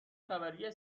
خبری